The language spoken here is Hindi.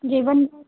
जी बन जाएगा